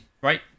right